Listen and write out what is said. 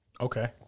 Okay